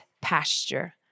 pasture